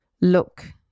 look